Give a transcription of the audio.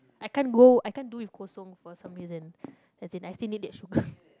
I can't go I can't do with Kosong for some reason as in I still need that sugar